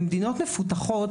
במדינות מפותחות